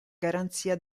garanzia